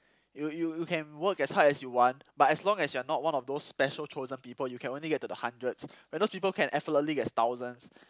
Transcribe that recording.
you you you can work at hard as you want but as long as you are not one of those special chosen people you can only get to the hundreds where those people can effortlessly get thousands